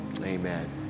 amen